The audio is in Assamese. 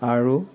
আৰু